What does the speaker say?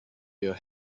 your